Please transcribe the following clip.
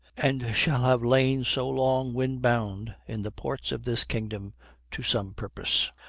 and shall have lain so long wind-bound in the ports of this kingdom to some purpose.